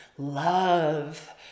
love